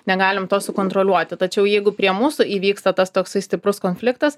negalim to sukontroliuoti tačiau jeigu prie mūsų įvyksta tas toksai stiprus konfliktas